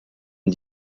ont